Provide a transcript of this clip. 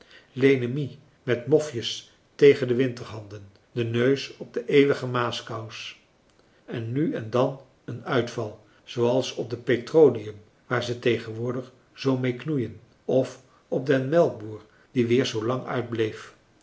lenemie met mofjes tegen de winterhanden de neus op de eeuwige maaskous en nu en dan een uitval zooals op de petroleum waar ze tegenwoordig zoo mee knoeien of op den melkboer die weer zoolang uitbleef